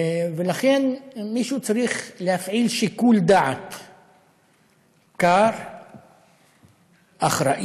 לכן מישהו צריך להפעיל שיקול דעת קר, אחראי,